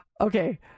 okay